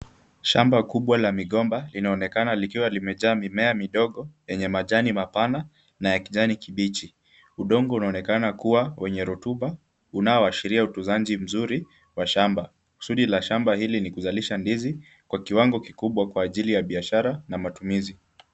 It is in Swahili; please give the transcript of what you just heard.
Shamba kubwa la migomba linaonekana likiwa limejaa mimea midogo yenye majani mapana na ya kijani kibichi. Udongo unaonekana wenye rotuba unaoashiria utunzaji mzuri wa shamba. Kusudi la shamba hili ni kuzalisha ndizi kwa kiwango kikubwa kwa ajili ya biashara na matumizi.